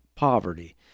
Poverty